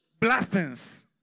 blastings